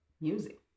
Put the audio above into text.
Music